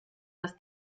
dass